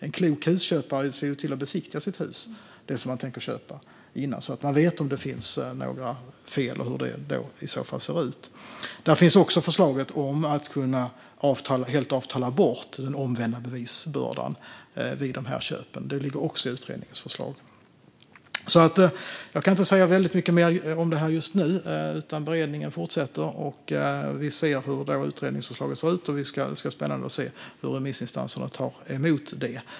En klok husköpare ser till att besiktiga det hus man tänker köpa så att man vet om det finns några fel och hur de i så fall ser ut. Det finns också ett förslag om att man helt ska kunna avtala bort den omvända bevisbördan vid dessa köp; detta ingår också i utredningens förslag. Jag kan inte säga så väldigt mycket mer om detta just nu. Beredningen fortsätter, och vi får se hur utredningsförslaget ser ut. Det ska bli spännande att se hur remissinstanserna tar emot det.